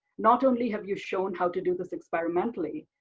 not only have you shown how to do this experimentally,